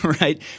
right